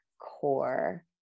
core